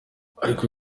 ariko